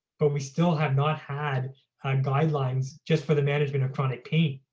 but we still have not had a guidelines just for the management of chronic pain.